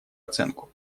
оценку